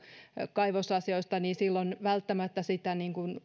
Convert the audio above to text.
kaivosasioista niin silloin välttämättä sitä